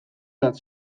bat